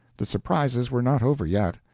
the surprises were not over yet.